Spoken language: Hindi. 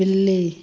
बिल्ली